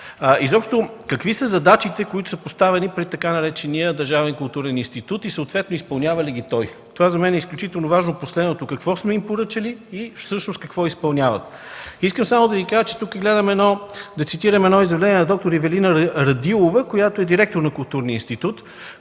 Изобщо какви са задачите, поставени пред така наречения „Държавен културен институт” и съответно изпълнява ли ги той? Това, последното, за мен е изключително важно – какво сме им поръчали и всъщност какво изпълняват? Искам само да Ви кажа, че тук гледам едно изявление на д-р Ивелина Радилова – директор на Културния институт,